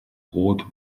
brot